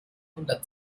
hundert